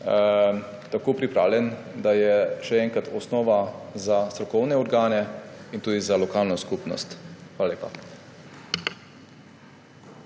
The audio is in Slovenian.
način pripravljen tako, da je, še enkrat, osnova za strokovne organe in tudi za lokalno skupnost. Hvala lepa.